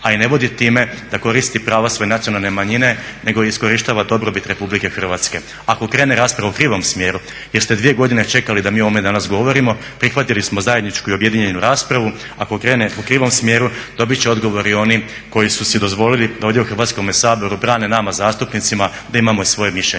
a i ne vodi time da koristi prava svoje nacionalne manjine nego iskorištava dobrobit Republike Hrvatske. Ako krene rasprava u krivom smjeru jer ste 2 godine čekali da mi o ovome danas govorimo, prihvatili smo zajedničku i objedinjenu raspravu, ako krene u krivom smjeru, dobit će odgovor i oni koji su si dozvoliti da ovdje u Hrvatskome saboru brane nama zastupnicima da imamo svoje mišljenje